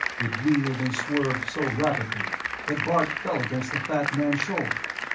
it wheeled and swerved so rapidly that bart fell against the fat man's shoulder.